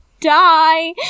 die